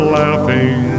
laughing